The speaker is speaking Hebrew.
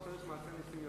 הוא צריך יותר מעשה נסים.